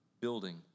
building